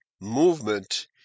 movement